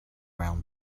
round